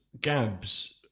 Gabs